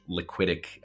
liquidic